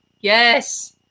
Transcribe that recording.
Yes